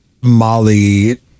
Molly